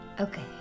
Okay